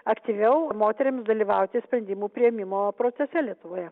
aktyviau moterims dalyvauti sprendimų priėmimo procese lietuvoje